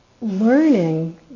learning